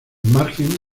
margen